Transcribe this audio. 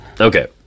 Okay